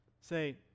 say